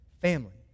family